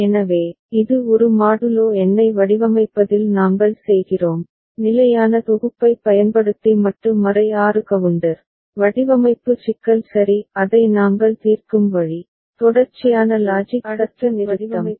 எனவே இது ஒரு மாடுலோ எண்ணை வடிவமைப்பதில் நாங்கள் செய்கிறோம் நிலையான தொகுப்பைப் பயன்படுத்தி மட்டு 6 கவுண்டர் வடிவமைப்பு சிக்கல் சரி அதை நாங்கள் தீர்க்கும் வழி தொடர்ச்சியான லாஜிக் சர்க்யூட் வடிவமைப்பு சிக்கல்